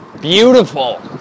Beautiful